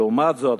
ולעומת זאת,